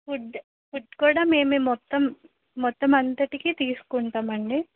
food food కూడా మేమే మొత్తం మొత్తం అంతటికీ తీసుకుంటాం అండి